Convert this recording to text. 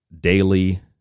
daily